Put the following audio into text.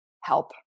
help